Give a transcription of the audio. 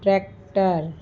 tractor